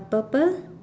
purple